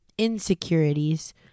insecurities